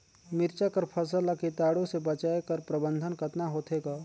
मिरचा कर फसल ला कीटाणु से बचाय कर प्रबंधन कतना होथे ग?